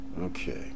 Okay